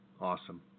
Awesome